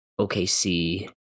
OKC